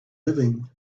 living